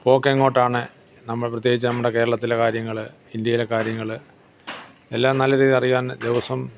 പോക്ക് എങ്ങോട്ടാണ് നമ്മൾ പ്രത്യേകിച്ച് നമ്മുടെ കേരളത്തിലെ കാര്യങ്ങൾ ഇന്ത്യയിലെ കാര്യങ്ങൾ എല്ലാം നല്ല രീതിയിൽ അറിയാൻ ദിവസം